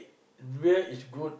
beer is good